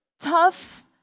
tough